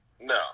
No